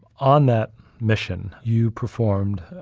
on that mission you performed,